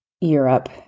europe